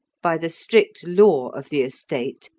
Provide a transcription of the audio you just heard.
by the strict law of the estate,